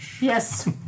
Yes